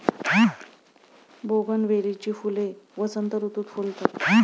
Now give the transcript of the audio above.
बोगनवेलीची फुले वसंत ऋतुत फुलतात